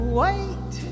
wait